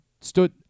stood